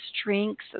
strengths